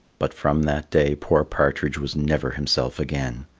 but from that day poor partridge was never himself again.